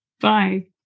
Bye